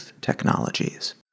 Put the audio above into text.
technologies